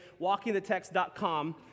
walkingthetext.com